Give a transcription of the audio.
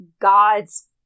God's